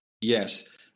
Yes